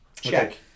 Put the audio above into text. Check